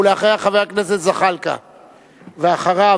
אחריה, חבר הכנסת זחאלקה, אחריו,